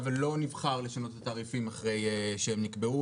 ולא נבחר לשנות את התעריפים אחרי שהם נקבעו,